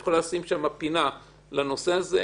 את יכולה לשים שם פינה בנושא הזה.